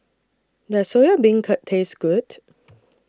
Does Soya Beancurd Taste Good